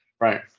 Right